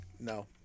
No